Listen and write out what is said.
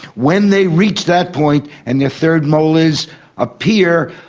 when they reach that point and their third molars appear,